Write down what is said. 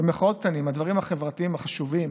במירכאות "קטנים" הדברים החברתיים החשובים